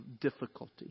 difficulty